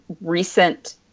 recent